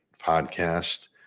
podcast